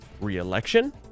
reelection